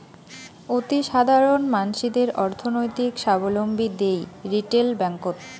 অতিসাধারণ মানসিদের অর্থনৈতিক সাবলম্বী দিই রিটেল ব্যাঙ্ককোত